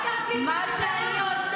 תביאי, נפרגן לך,